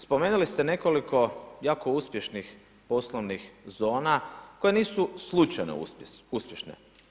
Spomenuli ste nekoliko jako uspješnih poslovnih zona koje nisu slučajno uspješne.